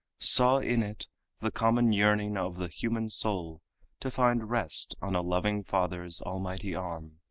saw in it the common yearning of the human soul to find rest on a loving father's almighty arm